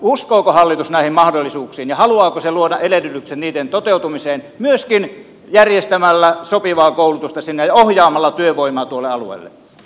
uskooko hallitus näihin mahdollisuuksiin ja haluaako se luoda edellytykset niiden toteutumiseen myöskin järjestämällä sopivaa koulutusta sinne ja ohjaamalla työvoimaa tuolle alueelle